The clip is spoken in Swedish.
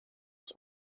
oss